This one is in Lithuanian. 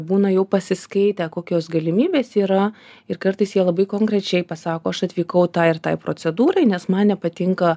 būna jau pasiskaitę kokios galimybės yra ir kartais jie labai konkrečiai pasako aš atvykau tai ir tai procedūrai nes man nepatinka